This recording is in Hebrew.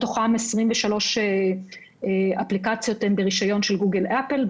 מתוכן 23 אפליקציות ברישיון של גוגל אפל.